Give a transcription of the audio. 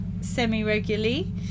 semi-regularly